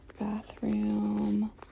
bathroom